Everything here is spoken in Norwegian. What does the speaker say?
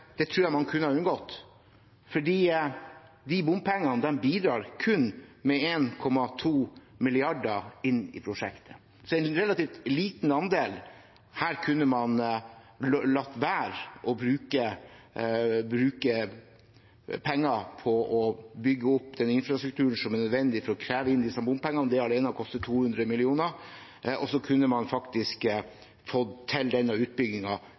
Det tror jeg man kunne ha unngått, for de bompengene bidrar kun med 1,2 mrd. kr inn i prosjektet, så det er en relativt liten andel. Her kunne man latt være å bruke penger på å bygge opp den infrastrukturen som er nødvendig for å kreve inn disse bompengene – det alene koster 200 mill. kr – og så kunne man faktisk fått til denne